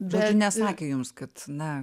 bet nesakė jums kad na